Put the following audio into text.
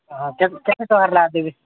ହଁ ହଁ କେତେ ଟଙ୍କାରେ ଲା ଦେବି